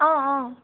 অঁ অঁ